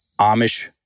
Amish